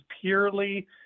purely